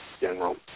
general